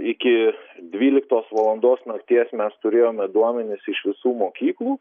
iki dvyliktos valandos nakties mes turėjome duomenis iš visų mokyklų